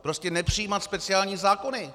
Prostě nepřijímat speciální zákony.